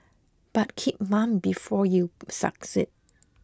but keep mum before you succeed